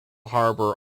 harbour